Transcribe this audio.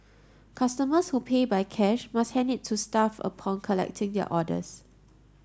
customers who pay by cash must hand it to staff upon collecting their orders